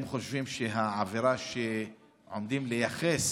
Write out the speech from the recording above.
הם חושבים שהעבירה שעומדים לייחס